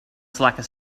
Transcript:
slacker